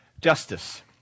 justice